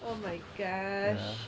oh my gosh